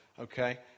Okay